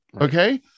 Okay